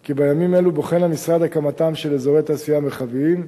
כי בימים אלו בוחן המשרד הקמתם של אזורי תעשייה מרחביים.